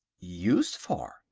used for?